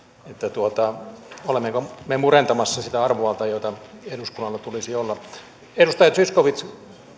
olemmeko me murentamassa sitä arvovaltaa jota eduskunnalla tulisi olla edustaja zyskowicz